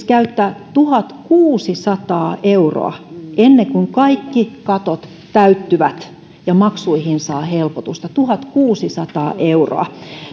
käyttää tuhatkuusisataa euroa ennen kuin kaikki katot täyttyvät ja maksuihin saa helpotusta tuhatkuusisataa euroa